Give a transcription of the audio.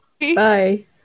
Bye